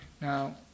Now